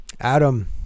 Adam